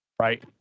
Right